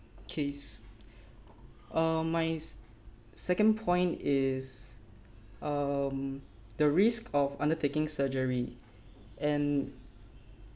case uh my s~ second point is um the risk of undertaking surgery and